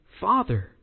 Father